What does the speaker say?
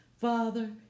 Father